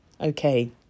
okay